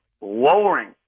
lowering